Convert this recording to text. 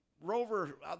Rover